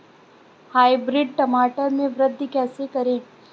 Hybrid टमाटर में वृद्धि कैसे करें?